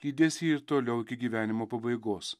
lydės jį ir toliau iki gyvenimo pabaigos